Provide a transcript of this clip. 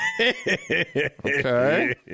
okay